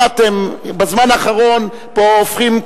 למה אתם בזמן האחרון פה הופכים,